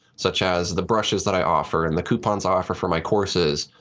such as the brushes that i offer, and the coupons i offer for my courses,